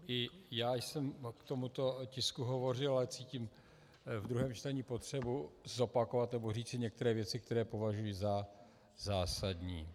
I já jsem k tomuto tisku hovořil, ale cítím ve druhém čtení potřebu zopakovat nebo říci některé věci, které považuji za zásadní.